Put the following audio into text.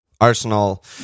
Arsenal